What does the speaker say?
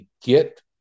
get